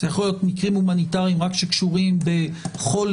אלה יכולים להיות מקרים הומניטריים שקשורים רק בחולי,